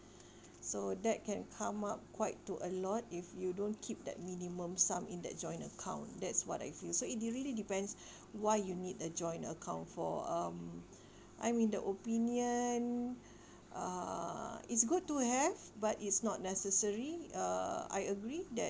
so that can come up quite to a lot if you don't keep that minimum sum in that joint account that's what I feel so it it really depends why you need a joint account for um I mean the opinion uh it's good to have but it's not necessary uh I agree that